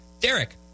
Derek